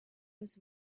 was